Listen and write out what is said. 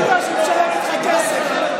זו המדינה שמשלמת לך כסף.